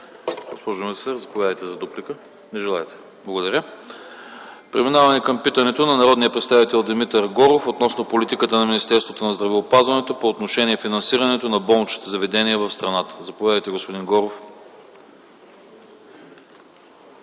Госпожо министър, заповядайте за дуплика. Не желаете. Благодаря. Преминаваме към питането на народния представител Димитър Горов относно политиката на Министерството на здравеопазването по отношение финансирането на болничните заведения в страната. Заповядайте, господин Горов.